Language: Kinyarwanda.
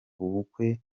ubukwe